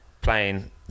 playing